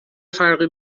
فرقی